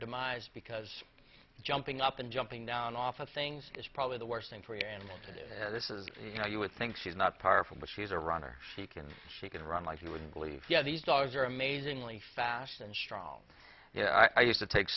demise because jumping up and jumping down off of things is probably the worst thing for you and this is you know you would think she's not powerful but she's a runner she can she can run like you wouldn't believe yeah these dogs are amazingly fast and strong and i used to take